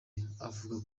ivuga